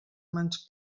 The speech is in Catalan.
mans